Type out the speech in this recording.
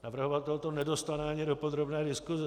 Navrhovatel to nedostane ani do podrobné diskuse.